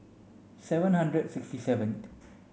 seven hundred sixty seventh